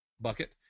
bucket